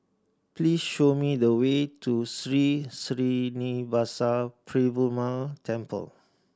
please show me the way to Sri Srinivasa Perumal Temple